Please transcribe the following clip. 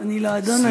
אני לא אדון,